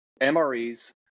MREs